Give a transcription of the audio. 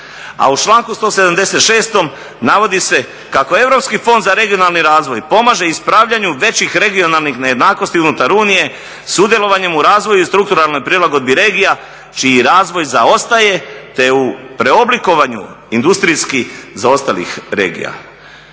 A u članku 176. navodi se "Kako Europski fond za regionalni razvoj pomaže ispravljanju većih regionalnih nejednakosti unutar unije sudjelovanjem u razvoju i strukturalnoj prilagodbi regija čiji razvoj zaostaje, te u preoblikovanju industrijski zaostalih regija."